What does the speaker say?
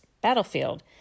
battlefield